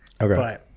okay